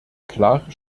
klare